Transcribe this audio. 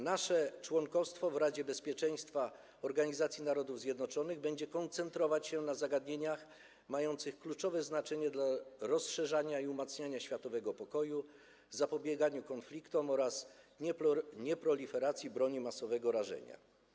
Nasze członkostwo w Radzie Bezpieczeństwa Organizacji Narodów Zjednoczonych będzie koncentrować się na zagadnieniach mających kluczowe znaczenie dla rozszerzania i umacniania światowego pokoju, zapobieganiu konfliktom oraz nieproliferacji broni masowego rażenia.